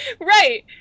right